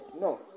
No